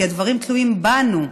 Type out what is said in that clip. כי הדברים תלויים בנו,